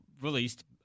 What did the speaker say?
released